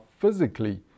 physically